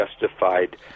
justified